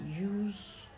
use